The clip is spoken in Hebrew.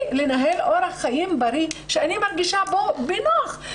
לנהל אורח חיים בריא שאני מרגישה בו בנוח.